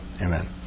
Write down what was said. Amen